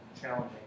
challenging